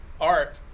art